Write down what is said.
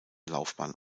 laufbahn